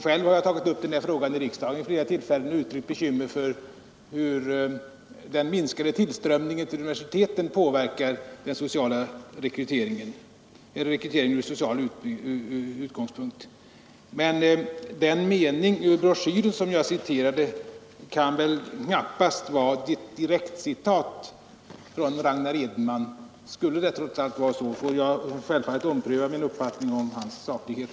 Själv har jag vid flera tillfällen tagit upp denna fråga i riksdagen och uttryckt bekymmer över det sätt på vilket den minskade tillströmningen till universiteten påverkar rekryteringen från social utgångspunkt. Vad beträffar den mening ur broschyren som jag citerade kan den väl knappast vara ett direktcitat av Ragnar Edenman. Skulle det trots allt vara så, får jag självfallet ompröva min uppfattning om hans saklighet.